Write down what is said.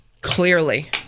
Clearly